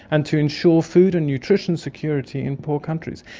and to ensure food and nutrition security in poor countries.